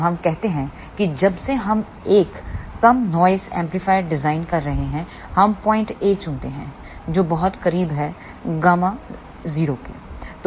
तो हम कहते हैं कि जब से हम एक कम नॉइस एम्पलीफायर डिजाइन कर रहे हैं हम पॉइंट ए चुनते हैं जो बहुत करीब है Γ0 के